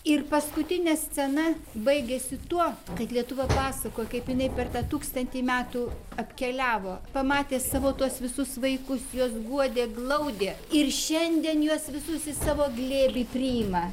ir paskutinė scena baigėsi tuo kad lietuva pasakojo kaip jinai per tą tūkstantį metų apkeliavo pamatė savo tuos visus vaikus juos guodė glaudė ir šiandien juos visus į savo glėbį priima